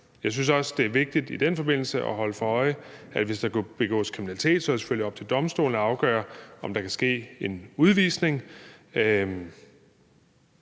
Jeg synes også, det er vigtigt i den forbindelse at holde sig for øje, at hvis der begås kriminalitet, er det selvfølgelig op til domstolene at afgøre, om der kan ske en udvisning.